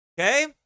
Okay